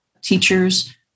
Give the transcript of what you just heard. teachers